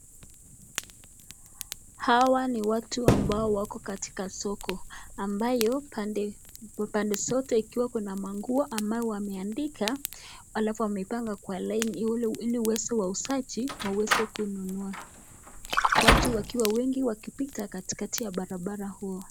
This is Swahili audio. Hawa ni watu ambao wako katika soko, ambayo pande zote ikiwa kuna manguo ambayo wameanika halafu wameipanga kwa laini ili iweze wauzaji waweze kununua, watu wakiwa wengi wakipita katikati ya barabara huo.